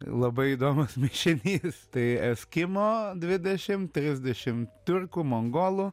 labai įdomus mišinys tai eskimo dvidešim trisdešim tiurkų mongolų